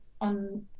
on